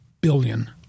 billion